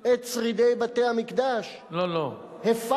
את שרידי בתי-המקדש, לא, לא.